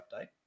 update